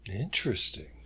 Interesting